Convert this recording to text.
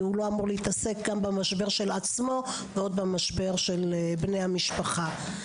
כי הוא לא אמור להתעסק גם במשבר של עצמו ועוד במשבר של בני המשפחה.